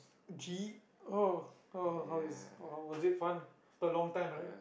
G oh oh how is how was it fun after a long time right